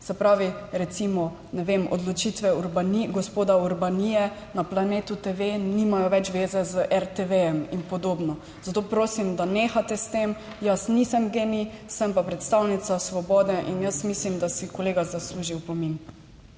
Se pravi, recimo, ne vem, odločitve gospoda Urbanije na Planetu TV, nimajo več veze z RTV in podobno, zato prosim, da nehate s tem. Jaz nisem GEN-I, sem pa predstavnica Svobode in jaz mislim, da si kolega zasluži opomin.